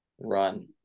run